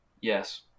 Yes